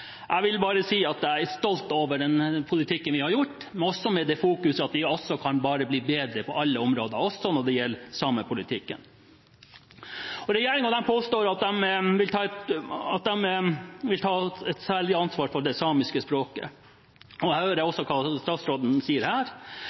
også med det fokus at vi kan bli bedre på alle områder, også når det gjelder samepolitikken. Regjeringen påstår at den vil ta et særlig ansvar for det samiske språket, og jeg hører også hva statsråden sier her,